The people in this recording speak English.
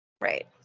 Right